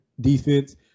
defense